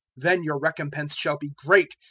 then your recompense shall be great,